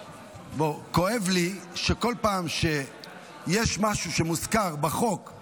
כואב לי שכל פעם שיש משהו שמוזכר בחוק עם